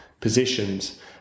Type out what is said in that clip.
positions